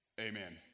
amen